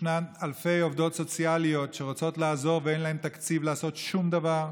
ישנן אלפי עובדות סוציאליות שרוצות לעזור ואין להן תקציב לעשות שום דבר,